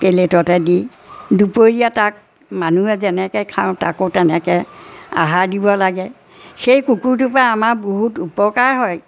প্লেটতে দি দুপৰীয়া তাক মানুহে যেনেকৈ খাওঁ তাকো তেনেকৈ আহাৰ দিব লাগে সেই কুকুৰটোৰপৰা আমাৰ বহুত উপকাৰ হয়